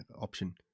option